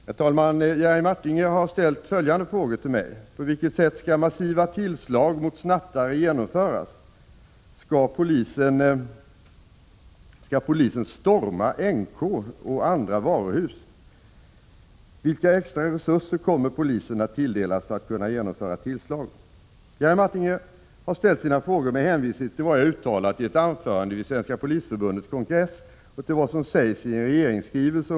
Herr talman! Jerry Martinger har ställt följande frågor till mig: 1. På vilket sätt skall massiva tillslag mot snattare genomföras? Skall polisen storma NK och andra varuhus? 2. Vilka extra resurser kommer polisen att tilldelas för att kunna genomföra tillslagen? Jerry Martinger har ställt sina frågor med hänvisning till vad jag har uttalat iett anförande vid Svenska polisförbundets kongress och till vad som sägsi en regeringsskrivelse (skr.